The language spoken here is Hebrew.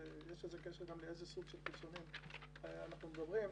יש לזה קשר גם על איזה סוג של חיסונים אנחנו מדברים.